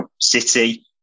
City